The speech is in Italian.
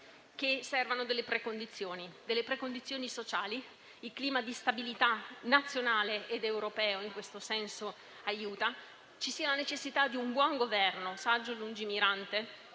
che servano delle precondizioni sociali. Il clima di stabilità nazionale ed europeo in questo senso aiuta, credo però ci sia la necessità di un buon Governo, saggio e lungimirante,